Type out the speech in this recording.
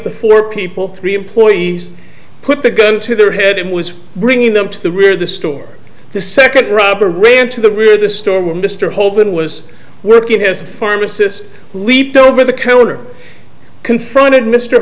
four people three employees put the gun to their head and was bringing them to the rear of the store the second robber ran to the rear of the store with mr hope and was working as a pharmacist leaped over the counter confronted mr